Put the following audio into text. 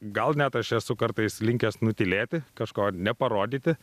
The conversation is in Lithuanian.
gal net aš esu kartais linkęs nutylėti kažko neparodyti